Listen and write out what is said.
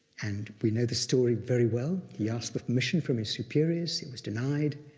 and we know the story very well. he asked for permission from his superiors, he was denied,